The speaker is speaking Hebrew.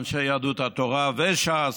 אנשי יהדות התורה וש"ס,